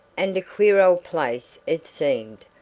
and a queer old place it seemed,